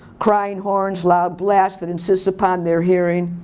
crying horns, loud blasts, that insists upon their hearing.